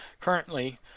Currently